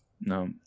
no